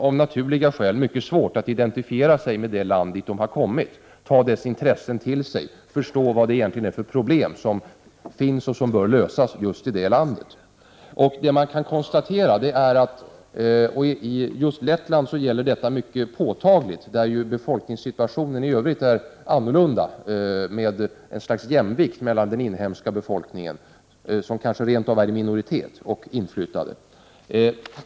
Av naturliga skäl har de mycket svårt att identifiera sig med det land som de har kommit till, att ta det landets intressen till sig, att förstå vilka problem som egentligen finns och att inse att problemen bör lösas i just det landet. Detta är mycket påtagligt i just Lettland, där befolkningssituationen i övrigt är annorlunda. Där råder nämligen ett slags jämvikt mellan den inhemska befolkningen, som kanske rent av är i minoritet, och inflyttade.